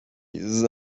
les